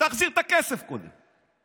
תחזיר את הכסף קודם.